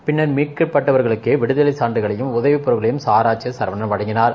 பின்னர் மீட்கப்பட்டவர்களுக்கு சான்றுகளையும் உதவிப் பொருட்களையும் சார் ஆட்சியர் சரவணன் வழங்கினார்